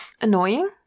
annoying